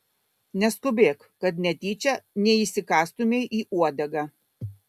neskubėk kad netyčia neįsikąstumei į uodegą